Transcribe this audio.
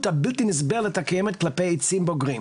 הבלתי נסבלת הקיימת כלפי עצים בוגרים.